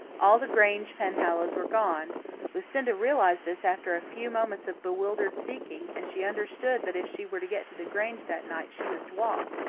all the grange penhallows were gone lucinda realized this after a few moments of bewildered seeking, and she understood that if she were to get to the grange that night she must walk.